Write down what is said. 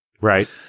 Right